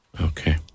Okay